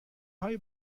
های